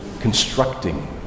Constructing